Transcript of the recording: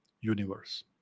universe